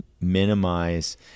minimize